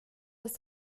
ist